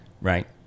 right